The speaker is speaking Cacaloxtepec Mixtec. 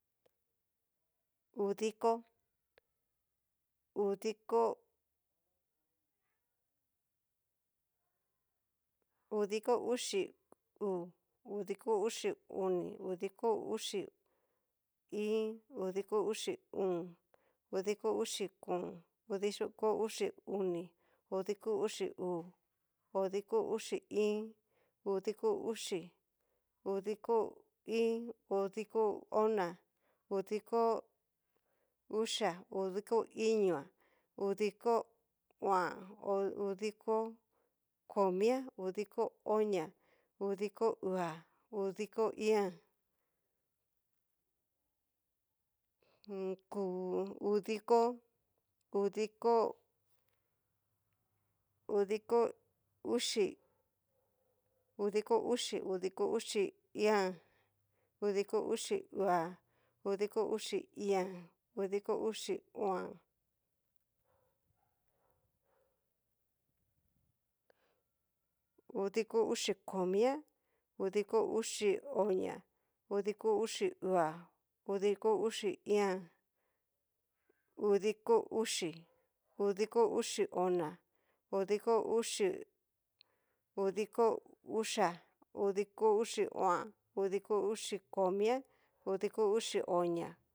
Udiko, udiko, udiko uxí uu, udiko uxi oni, udiko uxi iin, udiko uxi o'on, uduko uxi ón, udiko uxi oni, udiko uxi uu, udiko uxi iin, udiko uxi, udiko íín, udiko ona, udiko uxia. udiko iñoa, udiko o'an, udiko komia, udiko onia, udiko uua, udiko iin'an, udiko udiko, udiko uxi, udiko uxi, udiko uxi íín'an udiko uxi uuá, udiko uxi íín'an, udiko uxi o'an, udiko uxi komia, odiko uxi onia, udiko uxi uua, udiko uxi iin'an, udiko uxi, udiko uxi ona, udiko uxi udiko uxá, udiko uxi o'an, udiko uxi komia odiko uxi onia.